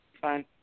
Fine